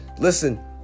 Listen